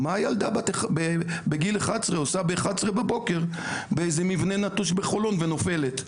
מה ילדה בגיל 11 עושה ב-11 בבוקר באיזשהו מבנה נטוש בחולון ונופלת,